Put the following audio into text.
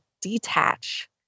detach